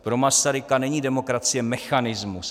Pro Masaryka není demokracie mechanismus.